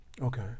Okay